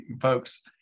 Folks